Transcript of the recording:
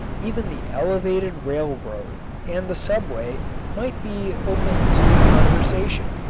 even the elevated railroad and the subway might be opened to conversation,